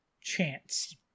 chance